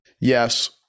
Yes